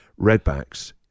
redbacks